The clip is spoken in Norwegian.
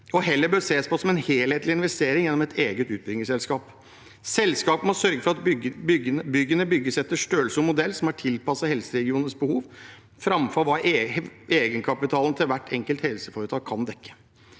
og heller bør ses på som en helhetlig investering gjennom et eget utbyggingsselskap. Selskapene må sørge for at byggene bygges etter størrelse og modell som er tilpasset helseregionens behov, framfor hva egenkapitalen til hvert enkelt helseforetak kan dekke.